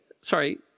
sorry